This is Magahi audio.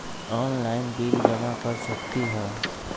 ऑनलाइन बिल जमा कर सकती ह?